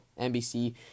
nbc